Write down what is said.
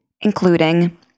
including